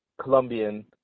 Colombian